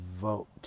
vote